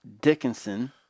Dickinson